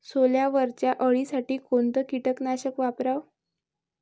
सोल्यावरच्या अळीसाठी कोनतं कीटकनाशक वापराव?